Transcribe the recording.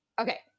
Okay